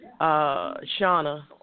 Shauna